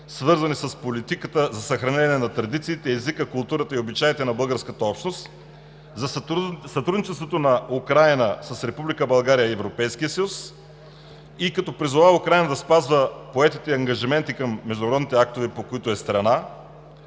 свързани с политиката за съхранение на традициите, езика, културата и обичаите на българската общност, за сътрудничеството на Украйна с Република България и Европейския съюз и призовава Украйна да спазва поетите ангажименти към международните актове, по които е страна;